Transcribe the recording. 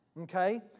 okay